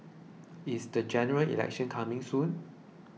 is the General Election coming soon